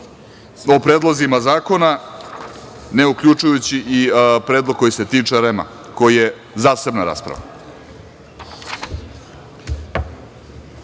predlozima zakona, ne uključujući predlog koji se tiče REM-a, koji je zasebna rasprava. Narodni